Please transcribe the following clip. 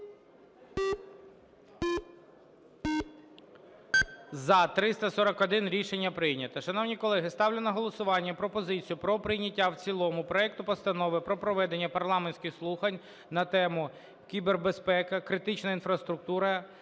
За-341 Рішення прийнято. Шановні колеги, ставлю на голосування пропозицію про прийняття в цілому проекту Постанови про проведення парламентських слухань на тему: "Кібербезпека, критична інфраструктура,